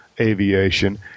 aviation